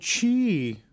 chi